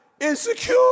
Insecure